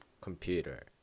computer